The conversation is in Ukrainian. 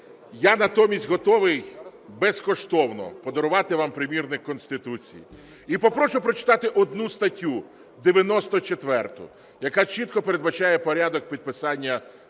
Я натомість готовий безкоштовно подарувати вам примірник Конституції і попрошу прочитати одну статтю 94, яка чітко передбачає порядок підписання законів